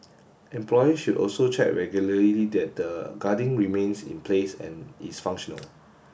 employers should also check regularly that the guarding remains in place and is functional